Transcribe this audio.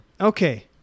Okay